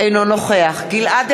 אינו נוכח גלעד